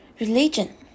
religion